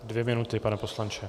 Dvě minuty, pane poslanče.